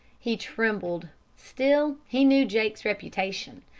he trembled. still, he knew jake's reputation.